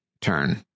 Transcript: turn